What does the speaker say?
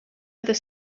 other